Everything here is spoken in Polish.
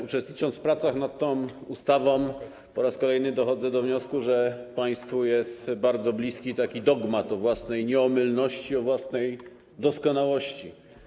Uczestnicząc w pracach nad tą ustawą, po raz kolejny dochodzę do wniosku, że państwu jest bardzo bliski taki dogmat o własnej nieomylności i o własnej doskonałości.